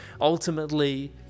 Ultimately